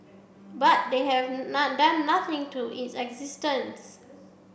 but they have not done nothing to its existence